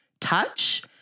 touch